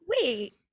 wait